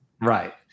Right